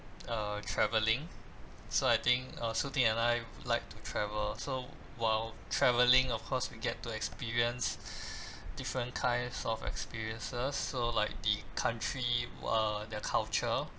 uh travelling so I think uh Soo Ting and I like to travel so while travelling of course we get to experience different kinds of experiences so like the country uh their culture